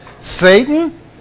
Satan